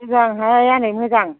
मोजांहाय आनै मोजां